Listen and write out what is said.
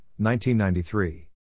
1993